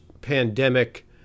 pandemic